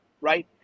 Right